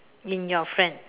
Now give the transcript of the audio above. in your friend